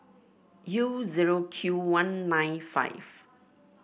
U zero Q one nine five